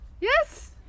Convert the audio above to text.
yes